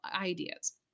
ideas